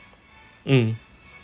mm